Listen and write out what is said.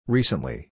Recently